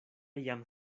jam